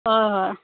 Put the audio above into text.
হয় হয়